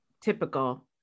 typical